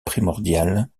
primordiale